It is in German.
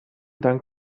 dank